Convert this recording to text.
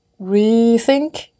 rethink